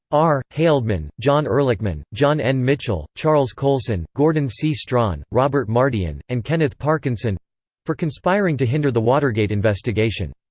r. haldeman, john ehrlichman, john n. mitchell, charles colson, gordon c. strachan, robert mardian, and kenneth parkinson for conspiring to hinder the watergate investigation.